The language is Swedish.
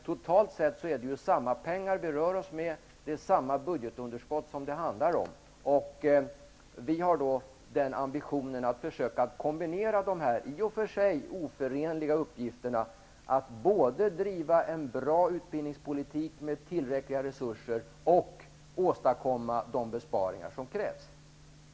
Totalt sett är det ju samma pengar vi rör oss med, och det handlar om samma budgetunderskott. Vi har ambitionen att försöka kombinera de i och för sig oförenliga uppgifterna att både driva en bra utbildningspolitik med tillräckliga resurser och åstadkomma de besparingar som krävs.